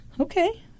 Okay